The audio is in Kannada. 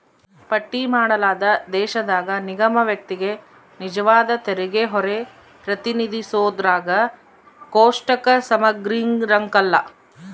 ಪಟ್ಟಿ ಮಾಡಲಾದ ದೇಶದಾಗ ನಿಗಮ ವ್ಯಕ್ತಿಗೆ ನಿಜವಾದ ತೆರಿಗೆಹೊರೆ ಪ್ರತಿನಿಧಿಸೋದ್ರಾಗ ಕೋಷ್ಟಕ ಸಮಗ್ರಿರಂಕಲ್ಲ